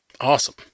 Awesome